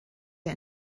der